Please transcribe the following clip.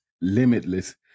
limitless